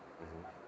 mmhmm